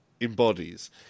embodies